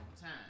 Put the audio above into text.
time